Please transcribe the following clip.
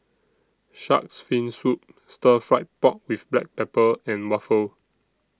Shark's Fin Soup Stir Fried Pork with Black Pepper and Waffle